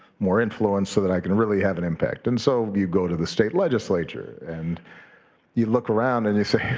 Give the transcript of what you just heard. more influence so that i can really have an impact. and so you go to the state legislature and you look around and you say,